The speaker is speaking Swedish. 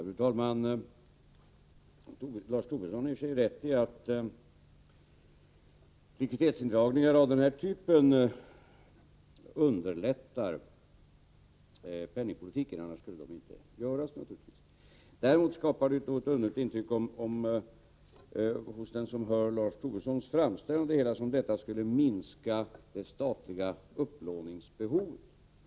Fru talman! Lars Tobisson har i och för sig rätt i att likviditetsindragningar av den här typen underlättar penningpolitiken — annars skulle de naturligtvis inte förekomma. Däremot får den som hör Lars Tobissons framställning av det hela ett underligt intryck. Det kan låta som om detta skulle minska det statliga upplåningsbehovet.